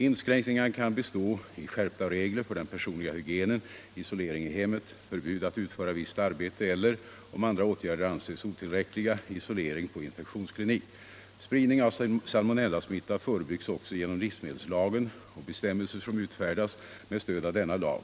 Inskränkningarna kan bestå i skärpta regler för den personliga hygienen, isolering i hemmet, förbud att utföra visst arbete eller, om andra åtgärder anses otillräckliga, isolering på infektionsklinik. Spridning av salmonellasmitta förebyggs också genom livsmedelslagen och bestämmelser som utfärdats med stöd av denna lag.